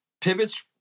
pivots